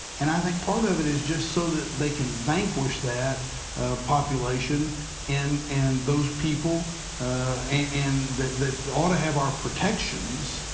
and i think part of it is just so that they can vanquish that population and and those people and that that ought to have our protections,